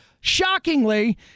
shockingly